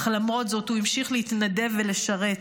אך למרות זאת הוא המשיך להתנדב ולשרת.